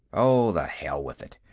oh, the hell with it!